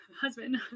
husband